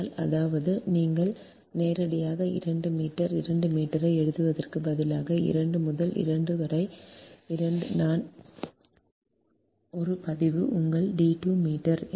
அதனால் அதாவது நீங்கள் நேரடியாக 2 மீட்டர் 2 மீட்டரை எழுதுவதற்கு பதிலாக 2 முதல் 2 முதல் 2 வரை நான் 1 பதிவு உங்கள் d 2 மீட்டர்